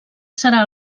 serà